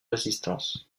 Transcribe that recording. résistance